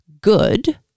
good